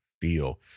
feel